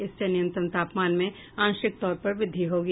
इससे न्यूनतम तापमान में आंशिक तौर पर वृद्धि होगी